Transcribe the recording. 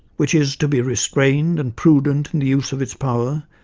which is to be restrained and prudent in the use of its power,